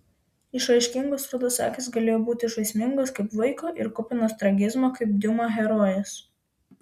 išraiškingos rudos akys galėjo būti žaismingos kaip vaiko ir kupinos tragizmo kaip diuma herojės